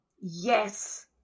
Yes